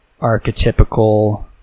archetypical